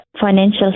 financial